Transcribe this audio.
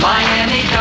Miami